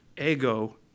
ego